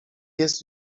jest